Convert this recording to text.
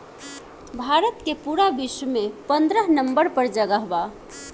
भारत के पूरा विश्व में पन्द्रह नंबर पर जगह बा